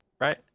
right